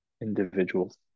individuals